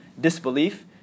disbelief